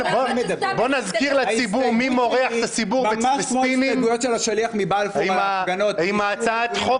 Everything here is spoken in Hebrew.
בוא נזכיר לציבור מי מורח את הציבור בספינים עם הצעת החוק